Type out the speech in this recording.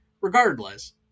regardless